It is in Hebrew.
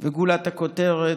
גולת הכותרת,